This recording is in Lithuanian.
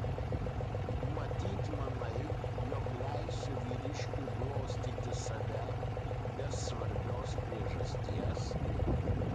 matyt manai jog leisiu vyriškiui glostyti save be svarbios priežasties